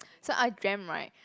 so I dreamt right